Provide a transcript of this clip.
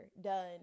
done